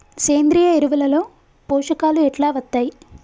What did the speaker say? సేంద్రీయ ఎరువుల లో పోషకాలు ఎట్లా వత్తయ్?